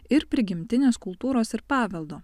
ir prigimtinės kultūros ir paveldo